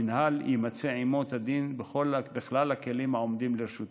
המינהל ימצה עימו את הדין בכלל הכלים העומדים לרשותו.